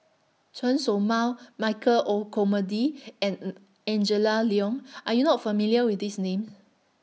Chen Show Mao Michael Olcomendy and Angela Liong Are YOU not familiar with These Names